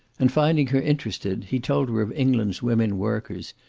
and finding her interested, he told her of england's women workers,